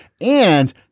And-